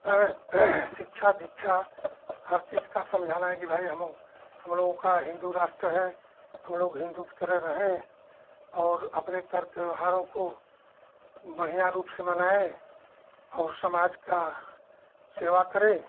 शिक्षा दीक्षा हर चीज़ का समझाना है कि भाई हमलोग हमलोगों का हिन्दू राष्ट्र है हमलोग हिन्दू की तरह रहें और अपने पर्व त्योहारों को बढ़ियाँ रूप से मनाएँ और समाज की सेवा करें